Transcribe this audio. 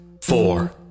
four